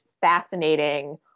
fascinating